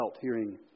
hearing